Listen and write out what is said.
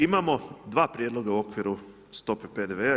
Imamo dva prijedloga u okviru stope PDV-a.